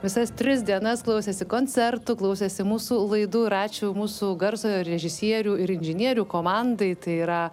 visas tris dienas klausėsi koncertų klausėsi mūsų laidų ir ačiū mūsų garso režisierių ir inžinierių komandai tai yra